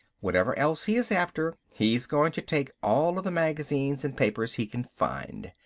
whatever else he is after, he is going to take all of the magazines and papers he can find.